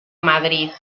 madrid